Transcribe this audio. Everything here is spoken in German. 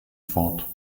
fort